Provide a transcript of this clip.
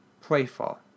playful